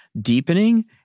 deepening